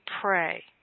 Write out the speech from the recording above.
pray